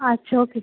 আচ্ছা ওকে